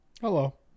Hello